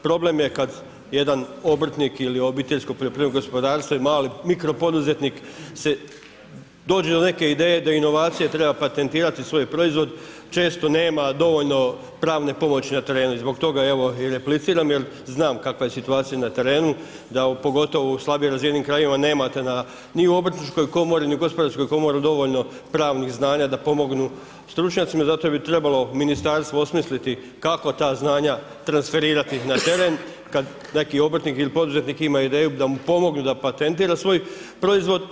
Problem je kada jedan obrtnik ili OPG ili mikro poduzetnik dođe do neke ideje da inovacije treba patentirati svoj proizvod, često nema dovoljno pravne pomoći na terenu i zbog toga evo i repliciram jer znam kakva je situacija na terenu pogotovo da u slabije razvijenim krajevima nemate ni u obrtničkoj komori ni u gospodarskoj komori dovoljno pravnih znanja da pomognu stručnjacima, zato bi trebalo ministarstvo osmisliti kako ta znanja transferirati na teren kad neki obrtnik ili poduzetnik ima ideju da mu pomognu da patentira svoj proizvod.